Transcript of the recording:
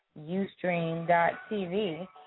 Ustream.TV